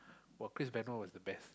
!wah! Chris-Benoit was the best